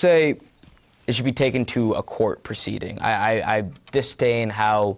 say it should be taken to a court proceeding i this stay in how